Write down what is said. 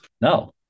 No